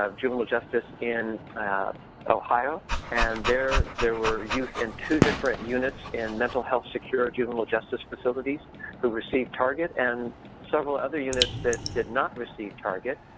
um juvenile justice in ohio and there there were youth in two different units in mental health secure juvenile justice facilities who received target and several other units that did not receive target.